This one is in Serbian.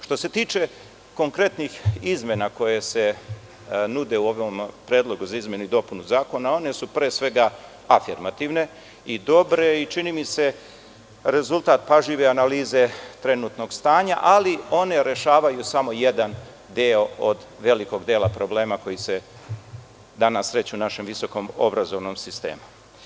Što se tiče konkretnih izmena koje se nude u ovom predlogu za izmene i dopune zakona, one su pre svega afirmativne i dobre i čini mi se rezultat pažljive analize trenutnog stanja, ali one rešavaju samo jedan deo od velikog dela problema koji je danas u našem visokoobrazovnom sistemu.